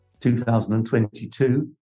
2022